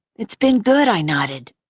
it's been good. i nodded.